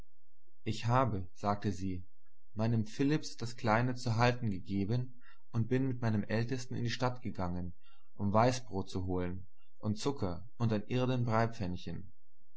ich habe sagte sie meinem philipps das kleine zu halten gegeben und bin mit meinem ältesten in die stadt gegangen um weiß brot zu holen und zucker und ein